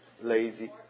lazy